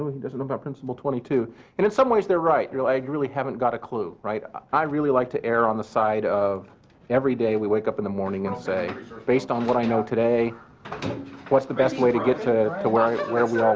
he doesn't know about principle twenty two and in some ways they're right. you know i really haven't got a clue. right i really like to err on the side of every day we wake up in the morning and say based on what i know today what's the best way to get to to where we